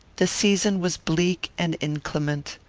the season was bleak and inclement.